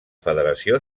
federació